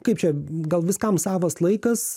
kaip čia gal viskam savas laikas